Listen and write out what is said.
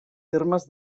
termes